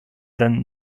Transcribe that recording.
then